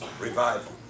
revival